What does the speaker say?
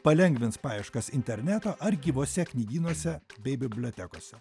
palengvins paieškas interneto ar gyvuose knygynuose bei bibliotekose